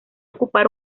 ocupar